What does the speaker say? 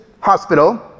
hospital